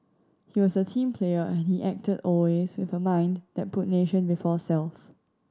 he was a team player and he acted always with a mind that put nation before self